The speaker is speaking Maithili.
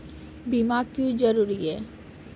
बीमा क्यों जरूरी हैं?